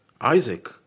Isaac